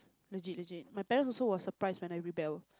legit legit my parents also was surprised when I rebel